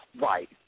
Right